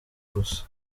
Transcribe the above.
gusa